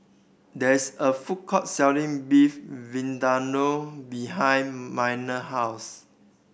there is a food court selling Beef Vindaloo behind Minor house